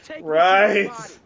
Right